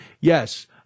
Yes